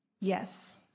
Yes